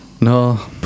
No